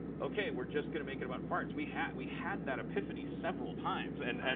ok, we're just going to make it about farts. we had we had that epiphany several times. and and